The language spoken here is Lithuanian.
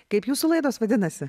kaip jūsų laidos vadinasi